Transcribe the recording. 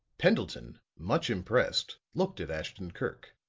pendleton, much impressed, looked at ashton-kirk.